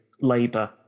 Labour